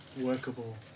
workable